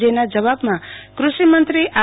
જે ના જવાબમાં કષિ મંત્રી આર